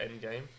Endgame